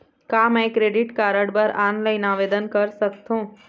का मैं credit card बर ऑनलाइन आवेदन कर सकथों?